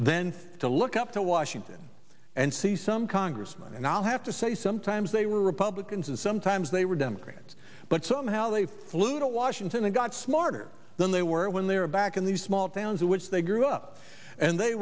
then to look up to washington and see some congressmen and i'll have to say sometimes they were republicans and sometimes they were democrats but somehow they flew to washington they got smarter than they were when they were back in these small towns in which they grew up and they